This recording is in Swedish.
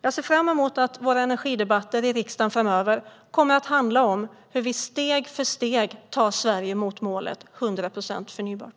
Jag ser jag fram emot att våra energidebatter i riksdagen framöver kommer att handla om hur vi steg för steg tar Sverige mot målet 100 procent förnybart.